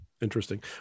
Interesting